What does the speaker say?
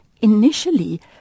initially